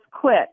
quit